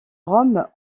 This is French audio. rome